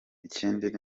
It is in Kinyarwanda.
ikindi